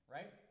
Right